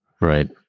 Right